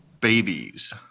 babies